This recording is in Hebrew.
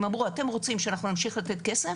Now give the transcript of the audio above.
הם אמרו: אתם רוצים שאנחנו נמשיך לתת כסף?